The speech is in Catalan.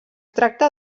tracta